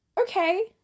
okay